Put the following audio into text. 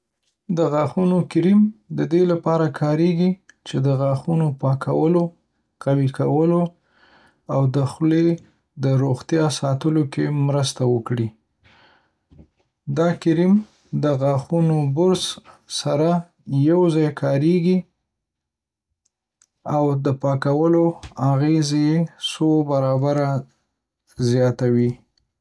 د غاښونو کریم د دې لپاره کارېږي چې د غاښونو پاکولو، قوي کولو، او د خولې د روغتیا ساتلو کې مرسته وکړي. دا کریم د غاښونو برُس سره یوځای کارېږي او د پاکولو اغېز یې څو برابره زیاتوي.